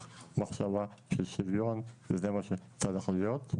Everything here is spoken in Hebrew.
מחשבה של שוויון וזה מה שצריך להיות.